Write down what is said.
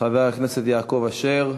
חבר הכנסת יעקב אשר,